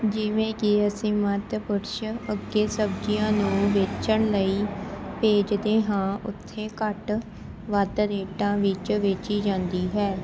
ਜਿਵੇਂ ਕਿ ਅਸੀਂ ਮੱਧ ਪੁਰਸ਼ ਅੱਗੇ ਸਬਜ਼ੀਆਂ ਨੂੰ ਵੇਚਣ ਲਈ ਭੇਜਦੇ ਹਾਂ ਉੱਥੇ ਘੱਟ ਵੱਧ ਰੇਟਾਂ ਵਿੱਚ ਵੇਚੀ ਜਾਂਦੀ ਹੈ